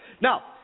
Now